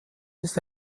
ist